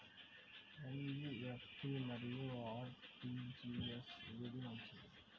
NEFT మరియు RTGS ఏది మంచిది?